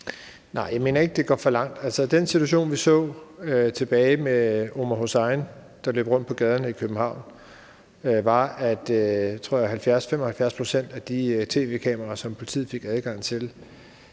Nej, jeg mener ikke, det går for langt. Den situation, vi så tilbage med Omar El-Hussein, der løb rundt på gaderne i København, var – tror jeg – at 70-75 pct. af de tv-kameraer, som politiet fik adgang til,